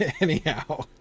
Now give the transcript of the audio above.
anyhow